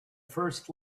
first